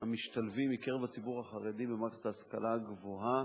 המשתלבים מקרב הציבור החרדי במערכת ההשכלה הגבוהה,